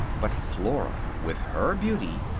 but flora, with her beauty,